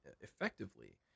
effectively